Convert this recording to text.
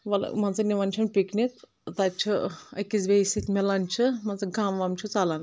ولہٕ مٲن ژٕ نیوان چھ پکنک تتہِ چھ أکِس بیٚیِس سۭتۍ ملان چھ مان ژٕ غم وم چھ ژلان